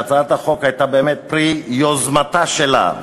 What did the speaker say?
שהצעת החוק הייתה באמת פרי יוזמתה שלה.